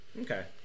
Okay